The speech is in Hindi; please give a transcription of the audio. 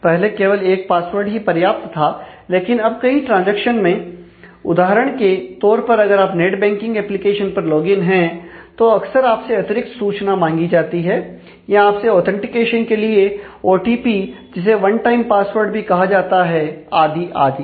पहले केवल एक पासवर्ड ही पर्याप्त था लेकिन अब कई ट्रांजैक्शंस में उदाहरण के तौर पर अगर आप नेट बैंकिंग एप्लीकेशन पर लॉगिन हैं तो अक्सर आपसे अतिरिक्त सूचना मांगी जाती है या आपसे ऑथेंटिकेशन के लिए ओटीपी भी कहा जाता है आदि आदि